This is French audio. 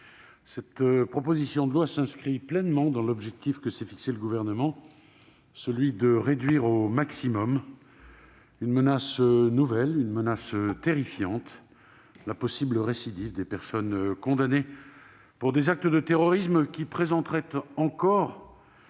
votre travail. Ce texte s'inscrit pleinement dans l'objectif que s'est fixé le Gouvernement, celui de réduire au maximum une menace nouvelle et terrifiante : la possible récidive des personnes condamnées pour des actes de terrorisme qui, alors